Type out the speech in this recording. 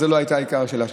זה לא היה עיקר שאלתך,